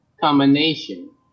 combination